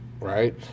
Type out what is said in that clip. right